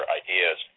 ideas